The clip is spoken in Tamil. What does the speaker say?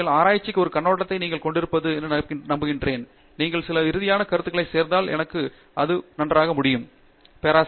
நீங்கள் ஆராய்ச்சிக்கான ஒரு கண்ணோட்டத்தை நீங்கள் கொண்டிருந்தீர்கள் என நம்புகிறேன் நீங்கள் சில இறுதி கருத்துரைகளைச் சேர்த்தால் எனக்கு தெரியாது